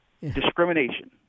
Discrimination